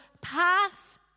pass